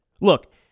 Look